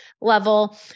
level